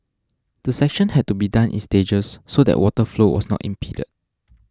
the section had to be done in stages so that water flow was not impeded